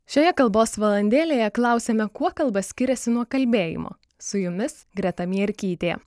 šioje kalbos valandėlėje klausiame kuo kalba skiriasi nuo kalbėjimo su jumis greta mierkytė